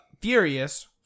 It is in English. Furious